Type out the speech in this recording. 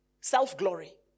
self-glory